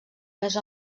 més